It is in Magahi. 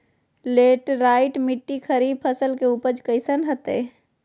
लेटराइट मिट्टी खरीफ फसल के उपज कईसन हतय?